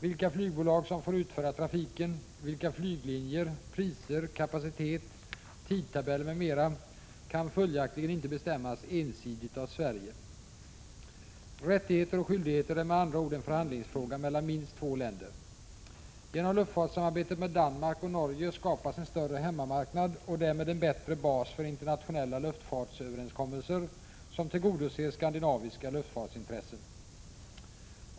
Vilka flygbolag som får utföra trafiken, vilka 8 december 1986 flyglinjer som skall finnas, frågor som gäller priser, kapacitet, tidtabeller m.m. kan följaktligen inte bestämmas ensidigt av t.ex. Sverige. Rättigheter och skyldigheter är med andra ord en förhandlingsfråga mellan minst två länder. Genom luftfartssamarbetet med Danmark och Norge skapas en större hemmamarknad och därmed en bättre bas för internationella luftfartsöverenskommelser som tillgodoser skandinaviska luftfartsintressen.